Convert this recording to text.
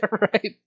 right